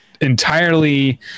entirely